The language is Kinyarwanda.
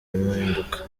impinduka